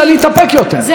זה לא פליטים,